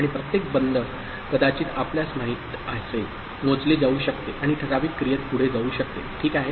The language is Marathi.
आणि प्रत्येक बंद कदाचित आपल्यास माहित असेल मोजले जाऊ शकते आणि ठराविक क्रियेत पुढे जाऊ शकते ठीक आहे